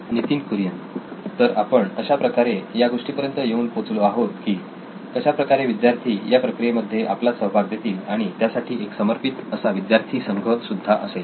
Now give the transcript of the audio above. नितीन कुरियन तर आपण अशाप्रकारे या गोष्टी पर्यंत येऊन पोहोचलो आहोत की कशाप्रकारे विद्यार्थी या प्रक्रियेमध्ये आपला सहभाग देतील आणि त्याठिकाणी एक समर्पित असा विद्यार्थी संघ सुद्धा असेल